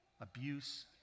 abuse